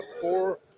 four